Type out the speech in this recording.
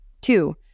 Two